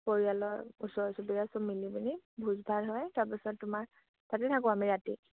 পৰিয়ালৰ ওচৰ চুবুৰীয়া চব মিলি পিনি ভোজ ভাত হয় তাৰপিছত তোমাৰ তাতে থাকো আমি ৰাতি